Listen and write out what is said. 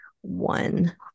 one